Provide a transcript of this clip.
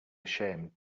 ashamed